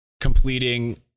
completing